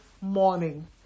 morning